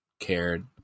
Cared